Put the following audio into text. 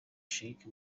sheikh